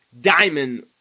Diamond